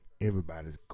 Everybody's